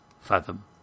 fathom